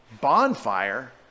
bonfire